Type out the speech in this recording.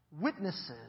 witnesses